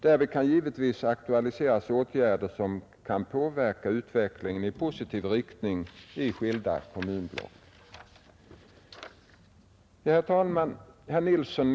Därvid kan givetvis aktualiseras åtgärder som kan påverka utvecklingen i positiv riktning i de skilda kommunblocken. Herr talman!